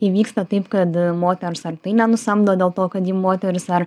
įvyksta taip kad moters ar tai nenusamdo dėl to kad ji moteris ar